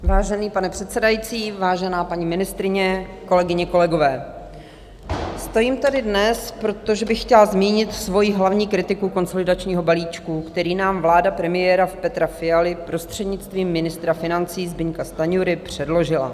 Vážený pane předsedající, vážená paní ministryně, kolegyně, kolegové, stojím tady dnes, protože bych chtěla zmínit svoji hlavní kritiku konsolidačního balíčku, který nám vláda premiéra Petra Fialy, prostřednictvím ministra financí Zbyňka Stanjury, předložila.